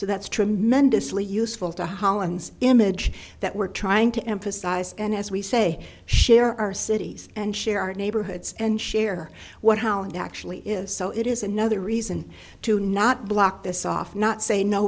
so that's tremendously useful to holland's image that we're trying to emphasize and as we say share our cities and share our neighborhoods and share what how it actually is so it is another reason to not block this off not say no